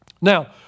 Now